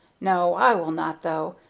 no, i will not, though.